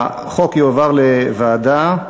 החוק יועבר לוועדה.